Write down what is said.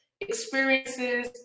experiences